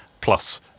plus